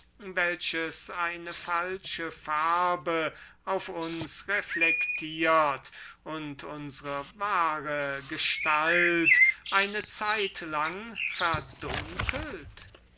welches eine falsche farbe auf uns reflektiert und unsre wahre gestalt eine zeitlang verdunkelt